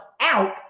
out